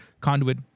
conduit